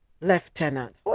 Lieutenant